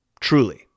Truly